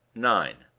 nine.